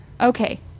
Okay